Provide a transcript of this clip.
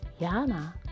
Yana